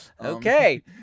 Okay